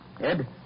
Ed